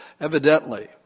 evidently